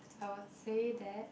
I will say that